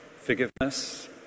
Forgiveness